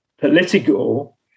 political